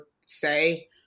say